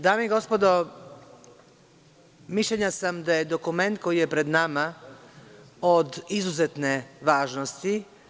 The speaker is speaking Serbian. Dame i gospodo mišljenja sam da je dokument koji je pred nama od izuzetne važnosti.